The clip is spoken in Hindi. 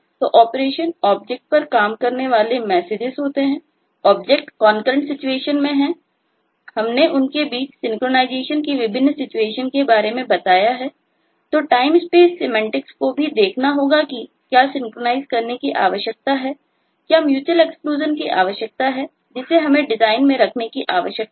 तो वे टाइम स्पेस सिमेंटिक्स की आवश्यकता है जिसे हमें डिजाइन में रखने की आवश्यकता है